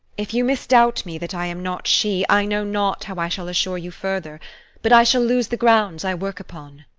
if you misdoubt me that i am not she, i know not how i shall assure you further but i shall lose the grounds i work upon.